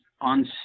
on